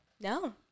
No